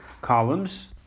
columns